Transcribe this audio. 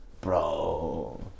Bro